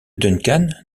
duncan